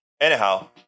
anyhow